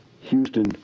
Houston